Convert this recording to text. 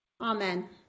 Amen